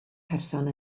person